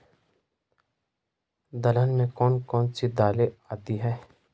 दलहन में कौन कौन सी दालें आती हैं?